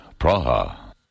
Praha